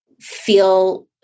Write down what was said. feel